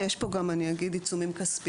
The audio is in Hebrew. יש פה גם עיצומים כספיים,